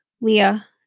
Leah